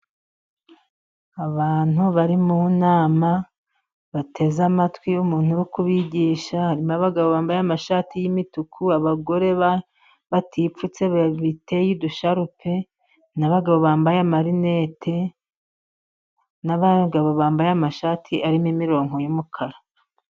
Abantu bari mu nama bateze amatwi umuntu uri kubigisha, hari abagabo bambaye amashati y'imituku, abagore batipfutse biteye udusharupe, n'abagabo bambaye amarinete, n'abagabo bambaye amashati arimo imirongo y'umukara.